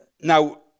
Now